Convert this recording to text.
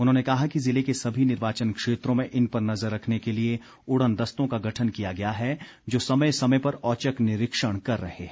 उन्होंने कहा कि जिले के सभी निर्वाचन क्षेत्रों में इन पर नजर रखने के लिए उडनदस्तों का गठन किया गया है जो समय समय पर औचक निरीक्षण कर रहे हैं